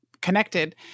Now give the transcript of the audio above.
connected